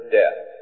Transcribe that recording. death